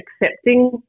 accepting